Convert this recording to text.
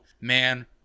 man